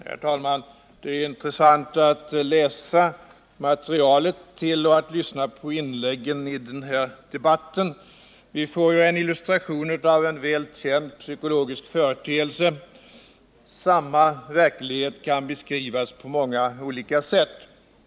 Herr talman! Det är intressant att läsa materialet för den här debatten och att lyssna på inläggen. Vi får ju en illustration av en väl känd psykologisk företeelse: samma verklighet kan beskrivas på många olika sätt.